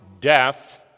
death